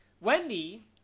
Wendy